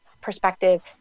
perspective